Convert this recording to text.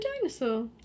dinosaur